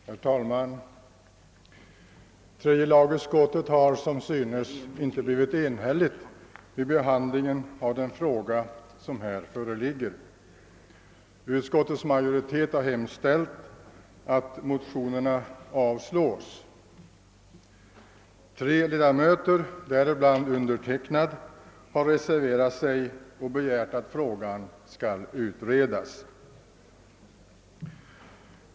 Herr talman! Tredje lagutskottet har som synes inte kunnat enas vid behandlingen av förevarande ärende. Utskottsmajoriteten har hemställt att motionen avslås. Tre av utskottets ledamöter, däribland jag, har reserverat sig och begärt att frågan skall utredas.